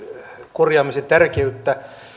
korjaamisen tärkeyttä